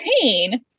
pain